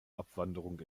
abwanderung